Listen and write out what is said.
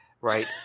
right